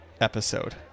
episode